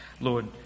Lord